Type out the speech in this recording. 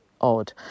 odd